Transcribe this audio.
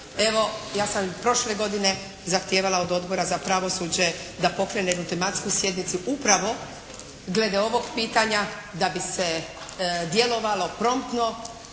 Evo, ja sam prošle godine zahtijevala od Odbora za pravosuđe da pokrene jednu tematsku sjednicu upravo glede ovog pitanja da bi se djelovalo promptno